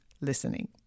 listening